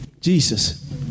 Jesus